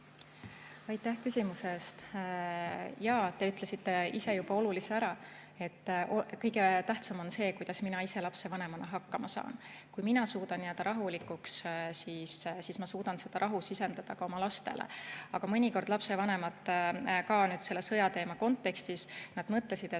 Aitäh küsimuse eest! Te ütlesite ise juba olulise ära, et kõige tähtsam on see, kuidas mina ise lapsevanemana hakkama saan. Kui mina suudan jääda rahulikuks, siis ma suudan seda rahu sisendada ka oma lastele. Aga mõnikord lapsevanemad, ka nüüd selle sõjateema kontekstis, mõtlevad,